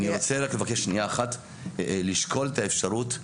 אני רוצה רק לבקש שנייה אחת לשקול את האפשרות,